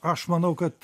aš manau kad